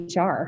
HR